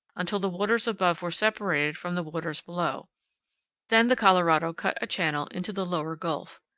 until the waters above were separated from the waters below then the colorado cut a channel into the lower gulf.